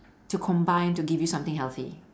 to combine to give you something healthy